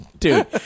Dude